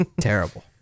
Terrible